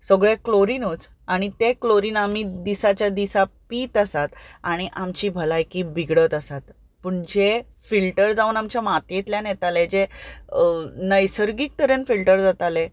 सगळें क्लोरिनूच आनी तें क्लोरीन आमी दिसाच्या दिसा पीत आसात आनी आमची भलायकी बिगडत आसात पूण जें फिल्टर जावन आमच्या मातयेंतल्यान येतालें जें नैसर्गीक तरेन फिल्टर जातालें